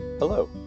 Hello